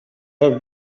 have